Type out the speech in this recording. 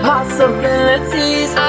Possibilities